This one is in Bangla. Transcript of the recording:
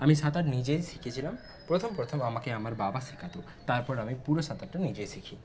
আমি সাঁতার নিজেই শিখেছিলাম প্রথম প্রথম আমাকে আমার বাবা শেখাত তারপর আমি পুরো সাঁতারটা নিজে শিখি